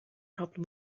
problem